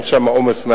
אין שם עומס.